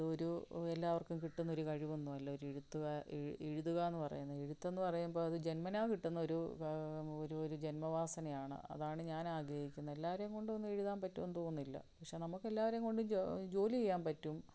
അതൊരു എല്ലാവർക്കും കിട്ടുന്നൊരു കഴിവൊന്നും അല്ല ഒരു എഴുതുക എന്ന് പറയുന്ന എഴുത്തെന്ന് പറയുമ്പോൾ അത് ജന്മനാ കിട്ടുന്ന ഒരു ഒരു ഒരു ജന്മവാസനയാണ് അതാണ് ഞാൻ ആഗ്രഹിക്കുന്നത് എല്ലാവരെയും കൊണ്ടൊന്നും എഴുതാൻ പറ്റുമെന്ന് തോന്നുന്നില്ല പക്ഷെ നമുക്ക് എല്ലാവാരെയും കൊണ്ടും ജോലി ചെയ്യാൻ പറ്റും